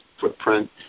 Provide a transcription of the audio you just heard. footprint